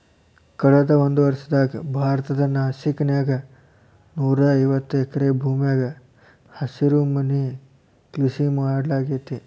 ಕಳದ ಒಂದ್ವರ್ಷದಾಗ ಭಾರತದ ನಾಸಿಕ್ ನ್ಯಾಗ ನೂರಾಐವತ್ತ ಎಕರೆ ಭೂಮ್ಯಾಗ ಹಸಿರುಮನಿ ಕೃಷಿ ಮಾಡ್ಲಾಗೇತಿ